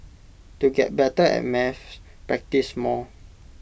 to get better at maths practise more